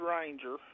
Ranger